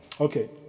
okay